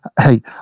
hey